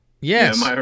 Yes